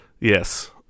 yes